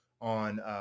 on